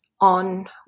on